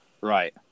right